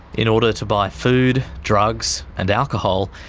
in order to buy food, drugs, and alcohol,